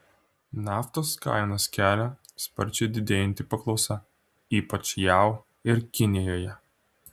naftos kainas kelia sparčiai didėjanti paklausa ypač jav ir kinijoje